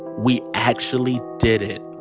we actually did it.